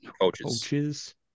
coaches